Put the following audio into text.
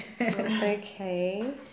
Okay